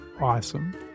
awesome